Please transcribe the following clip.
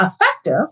effective